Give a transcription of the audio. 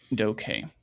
okay